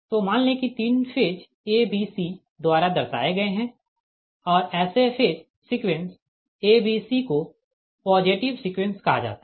तो मान लें कि तीन फेज a b c द्वारा दर्शाए गए है और ऐसे phase sequence a b c को पॉजिटिव सीक्वेंस कहा जाता है